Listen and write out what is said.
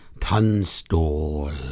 Tunstall